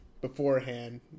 beforehand